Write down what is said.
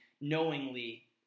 knowingly